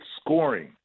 scoring